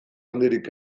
handirik